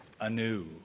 anew